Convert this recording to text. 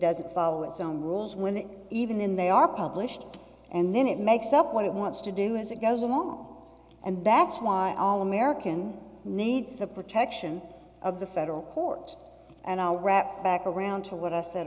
doesn't follow its own rules when even they are published and then it makes up what it wants to do as it goes home and that's why all american needs the protection of the federal court and i'll wrap back around to what i said